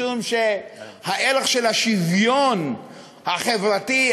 משום שהערך של השוויון החברתי,